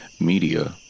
media